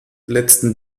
letzten